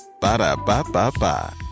Ba-da-ba-ba-ba